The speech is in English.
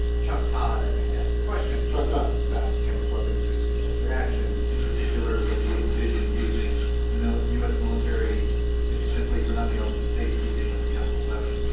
chuck todd i think asked a question. chuck todd. about chemical weapons use in military action in particular whether you envision using u s. military if simply for nothing else the safekeeping of chemical weapons